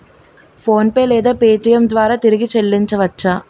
PhonePe లేదా Paytm ద్వారా తిరిగి చల్లించవచ్చ?